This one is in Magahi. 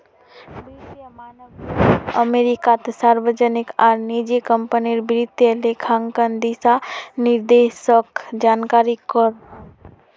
वित्तिय मानक बोर्ड अमेरिकात सार्वजनिक आर निजी क्म्पनीर वित्तिय लेखांकन दिशा निर्देशोक जारी करोहो